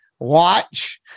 Watch